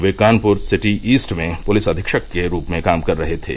वे Kanpur city east में police अधीक्षक के रूप में काम कर रहे थे